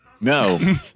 no